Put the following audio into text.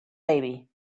baby